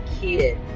kid